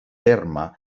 terme